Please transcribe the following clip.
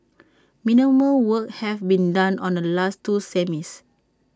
minimal work had been done on the last two semis